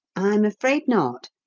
i'm afraid not.